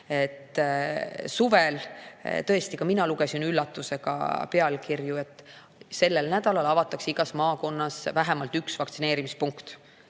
Suvel ka mina lugesin üllatusega pealkirju, et sellel nädalal avatakse igas maakonnas vähemalt üks vaktsineerimispunkt.